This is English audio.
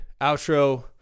outro